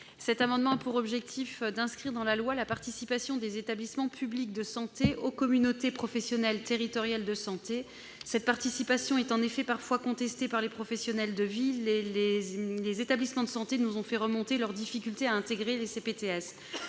Cet amendement a pour objet d'inscrire dans la loi la participation des établissements publics de santé aux communautés professionnelles territoriales de santé. Cette participation est en effet parfois contestée par les professionnels de ville et les établissements de santé nous ont fait remonter leurs difficultés à intégrer les CPTS.